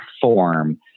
form